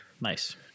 Nice